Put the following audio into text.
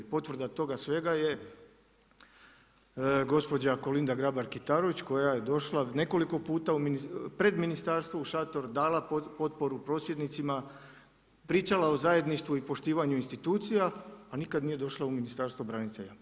Potvrda toga svega je gospođa Kolinda Grabar Kitarović, koja je došla nekoliko puta pred ministarstvo u šator, dala potporu, prosvjednicima, pričala o zajedništvu i poštivanju institucija, a nikad nije došla u Ministarstvo branitelja.